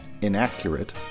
inaccurate